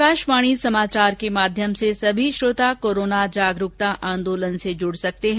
आकाशवाणी के माध्यम से सभी श्रोता कोरोना जनजागरुकता आंदोलन से जुड सकते हैं